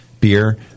beer